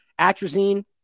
atrazine